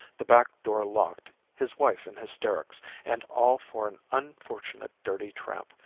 the back-door locked, his wife in hysterics and all for an unfortunate dirty tramp,